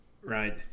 right